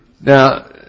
Now